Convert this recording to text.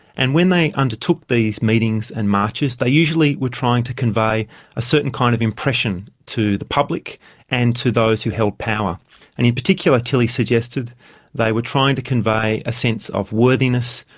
and when they undertook these meetings and marches they usually were trying to convey a certain kind of impression to the public and to those who held power. and in particular tilly suggested they were trying to convey a sense of worthiness,